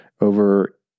over